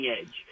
Edge